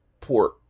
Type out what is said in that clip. port